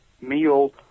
meal